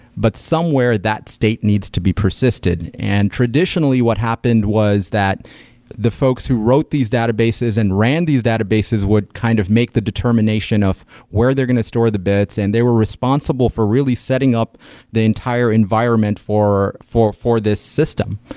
but somewhere, that state needs to be persisted. and traditionally what happened was that the folks who wrote these databases and ran these databases would kind of make the determination of where they're going to store the bits and they were responsible for really setting up the entire environment for for this system.